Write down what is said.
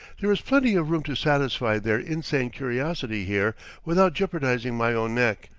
there is plenty of room to satisfy their insane curiosity here without jeopardizing my own neck,